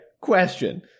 question